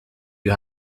you